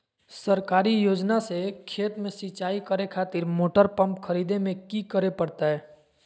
सरकारी योजना से खेत में सिंचाई करे खातिर मोटर पंप खरीदे में की करे परतय?